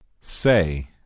Say